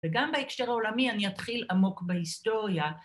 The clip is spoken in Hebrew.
וגם בהקשר העולמי אני אתחיל עמוק בהיסטוריה